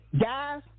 guys